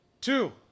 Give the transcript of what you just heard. two